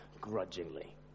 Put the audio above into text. grudgingly